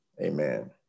amen